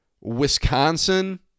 Wisconsin